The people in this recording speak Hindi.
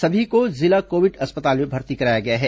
सभी को जिला कोविड अस्पताल में भर्ती कराया गया है